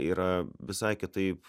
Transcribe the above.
yra visai kitaip